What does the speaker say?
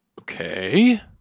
Okay